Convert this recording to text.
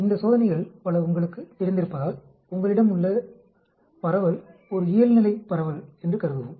இந்த சோதனைகள் பல உங்களுக்குத் தெரிந்திருப்பதால் உங்களிடம் உள்ள பரவல் ஒரு இயல்நிலைப்பரவல் என்று கருதுவோம்